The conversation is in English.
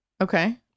Okay